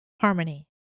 harmony